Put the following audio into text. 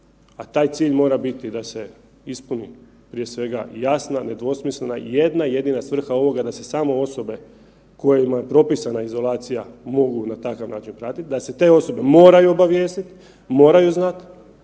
a taj cilj mora biti da se ispuni prije svega jasna, nedvosmislena i jedna jedina svrha ovoga da se samo osobe kojima je propisana izolacija mogu na takav način pratiti, da se te osobe moraju obavijestit, moraju znat,